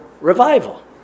revival